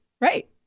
Right